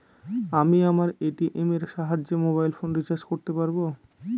আমি আমার এ.টি.এম এর সাহায্যে মোবাইল ফোন রিচার্জ করতে পারব?